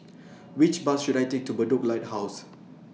Which Bus should I Take to Bedok Lighthouse